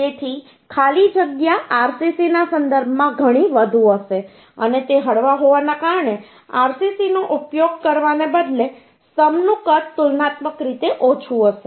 તેથી ખાલી જગ્યા આરસીસીના સંદર્ભમાં ઘણી વધુ હશે અને તે હળવા હોવાને કારણે આરસીસીનો ઉપયોગ કરવાને બદલે સ્તંભનું કદ તુલનાત્મક રીતે ઓછું હશે